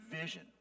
vision